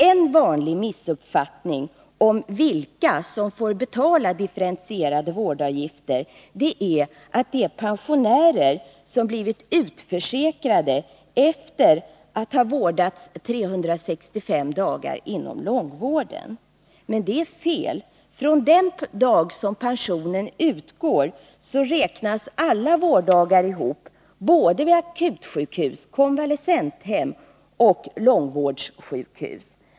En vanlig missuppfattning när det gäller vilka som får betala differentierade vårdavgifter är att det är pensionärer som blivit utförsäkrade efter att ha vårdats 365 dagar inom långvården. Men det är fel. Från den dag då pension utgår räknas alla vårddagar ihop, både vårddagar på akutsjukhus och konvalescenthem och vårddagar i långvårdssjukhus.